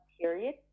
period